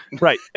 Right